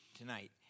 tonight